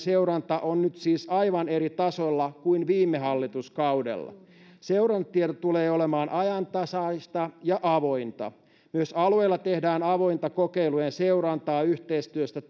seuranta on nyt siis aivan eri tasolla kuin viime hallituskaudella seurantatieto tulee olemaan ajantasaista ja avointa myös alueilla tehdään avointa kokeilujen seurantaa yhteistyöstä